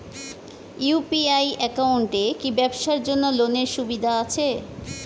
UPI একাউন্টে কি ব্যবসার জন্য লোনের সুবিধা আছে?